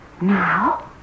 Now